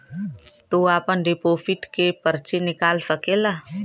तू आपन डिपोसिट के पर्ची निकाल सकेला